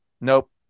nope